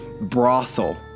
brothel